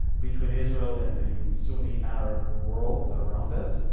between israel and the sunni arab world around us.